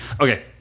Okay